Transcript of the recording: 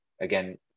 again